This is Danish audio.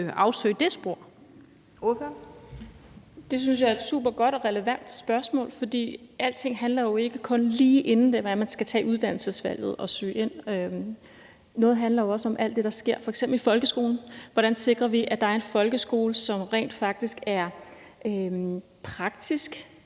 Det synes jeg er et supergodt og relevant spørgsmål. For alting handler jo ikke kun om tiden, lige inden man skal tage uddannelsesvalget og søge ind. Noget handler jo også om det alt det, der sker i f.eks. folkeskolen. Hvordan sikrer vi, at der er en folkeskole, som rent faktisk er praktisk